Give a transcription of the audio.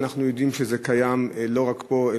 ואנחנו יודעים שזה קיים לא רק פה,